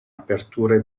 aperture